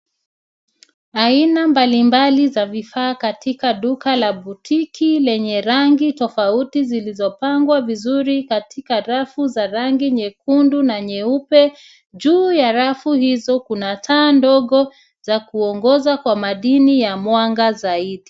Aina mbalimbali za vifaa katika duka la butiki lenye rangi tofauti zilizopangwa vizuri katika rafu za nyekundu na nyeupe. Juu ya rafu hizo kuna taa ndogo za kuongoza kwa madini ya mwanga zaidi.